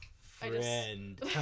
Friend